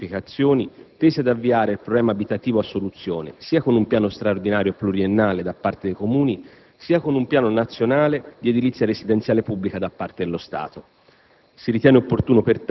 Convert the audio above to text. tanto da prevedere specifiche azioni tese ad avviare il problema abitativo a soluzione, sia con un piano straordinario pluriennale da parte dei Comuni, sia con un piano nazionale di edilizia residenziale pubblica da parte dello Stato.